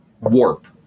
warp